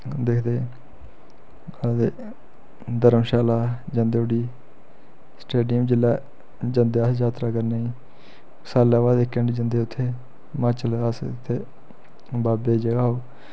दिक्खदे आं ते धर्मशाला जंदे उठी स्टेडियम जेल्लै जंदे अस जात्तरा करने गी साला बाद इक अंडी जंदे हिमाचल अस बाबे दी जगह् ओह्